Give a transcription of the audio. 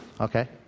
Okay